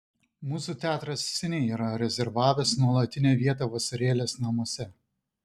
mūsų teatras seniai yra rezervavęs nuolatinę vietą vasarėlės namuose